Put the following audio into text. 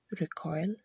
recoil